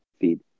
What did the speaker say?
feed